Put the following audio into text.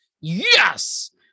yes